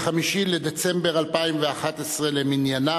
5 בדצמבר 2011 למניינם,